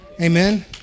Amen